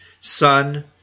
Son